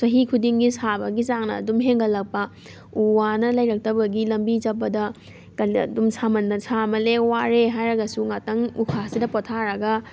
ꯆꯍꯤ ꯈꯨꯗꯤꯡꯒꯤ ꯁꯥꯕꯒꯤ ꯆꯥꯡꯅ ꯑꯗꯨꯝ ꯍꯦꯟꯒꯠꯂꯛꯄ ꯎ ꯋꯥꯅ ꯂꯩꯔꯛꯇꯕꯒꯤ ꯂꯝꯕꯤ ꯆꯠꯄꯗ ꯑꯗꯨꯝ ꯁꯥꯃꯟꯗ ꯁꯥꯃꯟꯂꯦ ꯋꯥꯔꯦ ꯍꯥꯏꯔꯒꯁꯨ ꯉꯥꯛꯇꯪ ꯎꯈꯥꯁꯤꯗ ꯄꯣꯊꯥꯔꯒ